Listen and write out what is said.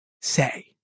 say